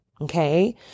okay